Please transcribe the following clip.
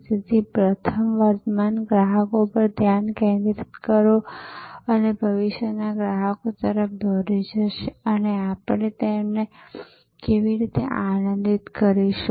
તેથી પ્રથમ વર્તમાન ગ્રાહકો પર ધ્યાન કેન્દ્રિત કરો જે ભવિષ્યના ગ્રાહકો તરફ દોરી જશે અને આપણે તેમને કેવી રીતે આનંદિત કરીશું